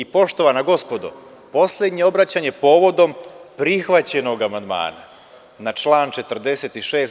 Poštovana gospodo, poslednje obraćanje povodom prihvaćenog amandmana na član 46.